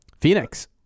Phoenix